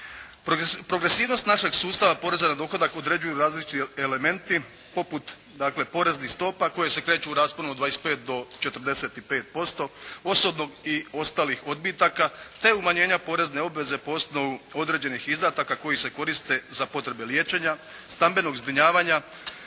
Progresivnost našeg sustava poreza na dohodak određuju različiti elementi, poput dakle poreznih stopa koje se kreću u rasponu od 25 do 45% osobnog i ostalih odbitaka te umanjenja porezne obveze po osnovu određenih izdataka koji se koriste za potrebe liječenja, stambenog zbrinjavanja